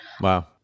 Wow